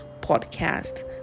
podcast